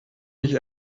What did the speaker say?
nicht